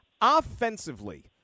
offensively